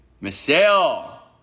Michelle